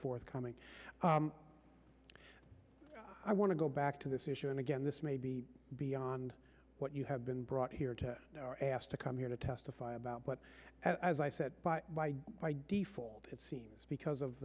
forthcoming i want to go back to this issue and again this may be beyond what you have been brought here to asked to come here to testify about but as i said by default it seems because of